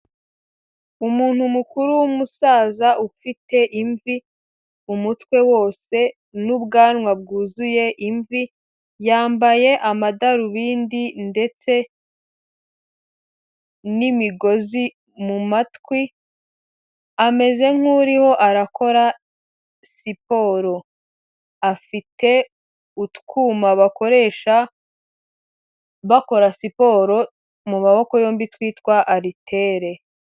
Umuntu mukuru w'umusaza ufite imvi umutwe wose n'ubwanwa bwuzuye imvi, yambaye amadarubindi ndetse n'imigozi mu matwi, ameze nkuriho arakora siporo, afite utwuma bakoresha bakora siporo mu maboko yombi twitwa aritere.